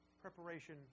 preparation